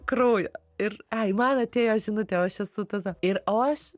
kraujo ir ai man atėjo žinutė o aš esu tada ir aš